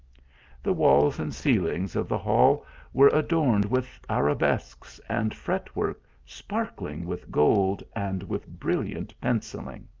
the walls and ceiling of the hall were adorned with arabesques and fret-work sparkling with gold, and with brilliant pencilling.